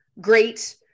great